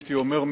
הייתי אומר,